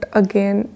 again